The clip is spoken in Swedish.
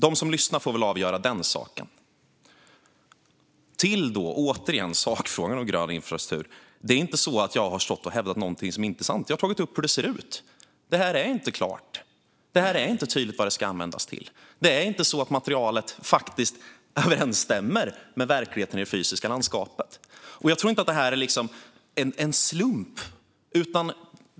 De som lyssnar får väl avgöra den saken. Återigen till sakfrågan om grön infrastruktur. Det är inte så att jag har stått och hävdat något som inte är sant. Jag har tagit upp hur det ser ut. Det här är inte klart. Det är inte tydligt vad det ska användas till. Det är inte så att materialet faktiskt överensstämmer med verkligheten i det fysiska landskapet. Och jag tror inte att det är en slump.